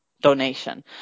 donation